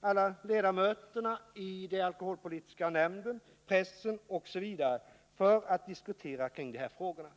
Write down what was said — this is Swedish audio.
alla ledamöter i alkoholpolitiska nämnderna, pressen osv. för att diskutera kring dessa frågor.